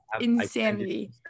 insanity